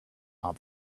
are